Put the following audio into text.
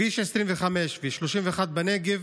בכביש 25 ו-31 בנגב